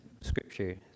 scripture